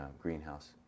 greenhouse